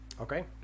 Okay